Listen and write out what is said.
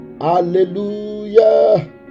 Hallelujah